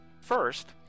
First